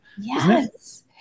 Yes